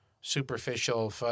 superficial